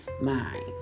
mind